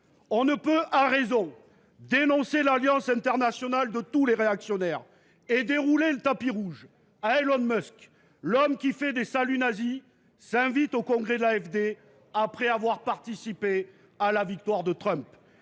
dénoncer – à raison – l’alliance internationale de tous les réactionnaires et en même temps dérouler le tapis rouge à Elon Musk, l’homme qui fait des saluts nazis et s’invite au congrès de l’AfD () après avoir participé à la victoire de Trump